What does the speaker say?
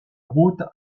route